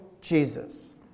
Jesus